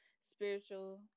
spiritual